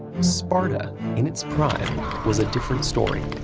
sparta in its prime was a different story,